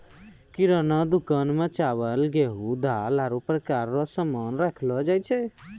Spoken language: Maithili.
किराना दुकान मे चावल, गेहू, दाल, आरु प्रकार रो सामान राखलो जाय छै